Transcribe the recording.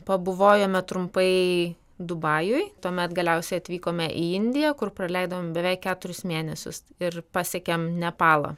pabuvojome trumpai dubajuj tuomet galiausiai atvykome į indiją kur praleidom beveik keturis mėnesius ir pasiekėm nepalą